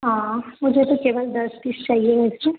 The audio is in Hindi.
हाँ मुझे तो केवल दस पीस चाहिए इसके